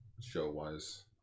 show-wise